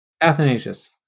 Athanasius